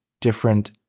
different